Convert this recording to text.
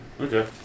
Okay